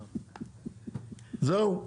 זהו.